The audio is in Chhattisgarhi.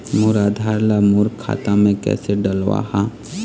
मोर आधार ला मोर खाता मे किसे डलवाहा?